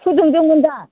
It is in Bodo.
फुदुंदोंमोनदा